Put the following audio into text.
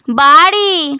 বাড়ি